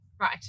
Right